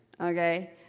okay